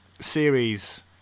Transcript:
series